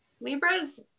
Libras